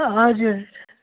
हजुर